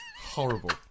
horrible